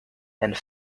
and